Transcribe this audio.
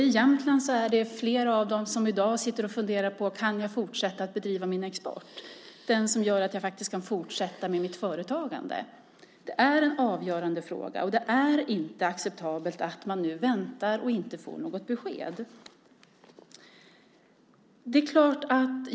I Jämtland är det flera av dem som i dag funderar på om de kan fortsätta att bedriva sin export, den som gör att de faktiskt kan fortsätta med sitt företagande. Det är en avgörande fråga, och det är inte acceptabelt att man nu väntar och inte får något besked.